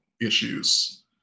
issues